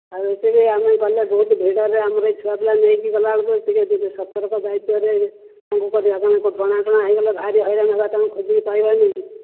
ଆଉ ଏମିତି ବି ଆମେ ଗଲେ ବହୁତ ଭିଡ଼ରେ ଆମର ଏଇ ଛୁଆପିଲା ନେଇକି ଗଲା ବେଳକୁ ଟିକିଏ ଟିକିଏ ସତର୍କ ଦାୟିତ୍ୱରେ ଟଣାଫଣା ହୋଇଗଲେ ଭାରି ହଇରାଣ ହେବା ତାଙ୍କୁ ଖୋଜିକି ପାଇବାନି